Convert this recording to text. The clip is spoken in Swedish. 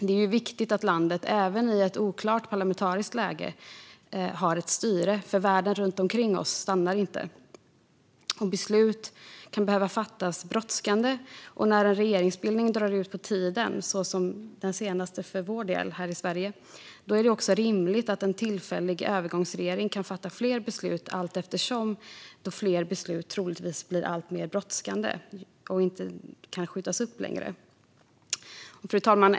Det är viktigt att landet även i ett oklart parlamentariskt läge har ett styre, för världen runt omkring oss stannar inte. Beslut kan behöva fattas brådskande. Och när en regeringsbildning drar ut på tiden, som den senaste gjorde för vår del här i Sverige, är det också rimligt att en tillfällig övergångsregering kan fatta fler beslut allteftersom då fler beslut troligtvis blir alltmer brådskande och inte kan skjutas upp längre. Fru talman!